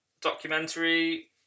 Documentary